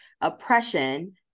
oppression